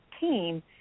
team